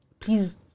please